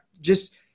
just-